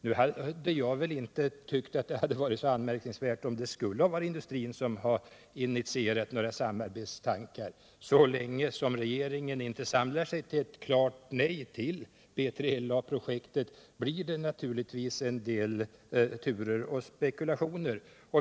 Jag skulle väl inte ha tyckt att det varit så anmärkningsvärt om industrin initierat några samarbetstankar. Så länge regeringen inte samlar sig till ett klart nej till B3LA-projektet blir det lätt en del turer och spekulationer.